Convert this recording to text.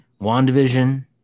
WandaVision